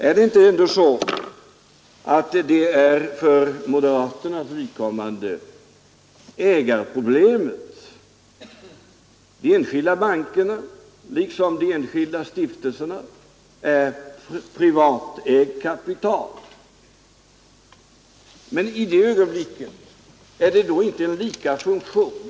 Är det inte ändå så, att detta för moderaternas vidkommande är ett ägarproblem, eftersom de enskilda bankernas liksom de enskilda stiftelsernas kapital är privatägt? I det ögonblick när besluten fattas i banken eller stiftelsen, är det då inte en lika funktion?